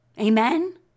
Amen